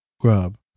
Grub